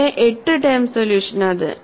ഇവിടെ എട്ട് ടേം സൊല്യൂഷനാണ്